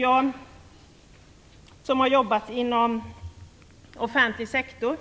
Jag som har jobbat inom den offentliga sektorn